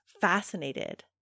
fascinated